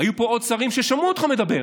היו פה עוד שרים ששמעו אותך מדבר.